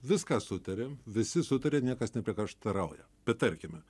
viską sutarėm visi sutaria niekas nepriekaštarauja bet tarkime